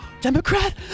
Democrat